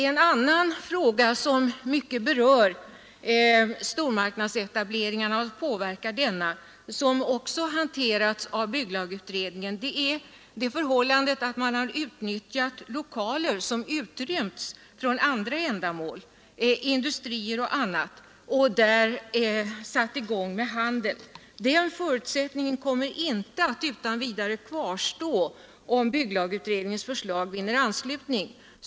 En annan fråga, som berör och påverkar stormarknadsetableringarna — även den har hanterats av bygglagutredningen — är det förhållandet att man har utnyttjat lokaler som utrymts från andra ändamål såsom industrier och annat och där satt i gång med handel. Den förutsättningen kommer inte att utan vidare kvarstå, om bygglagutredningens förslag vinner anslutning.